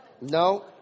No